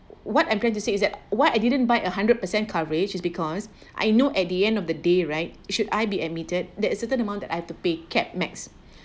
what I'm trying to say is that why I didn't buy a hundred percent coverage is because I know at the end of the day right should I be admitted that certain amount that I have to pay capped max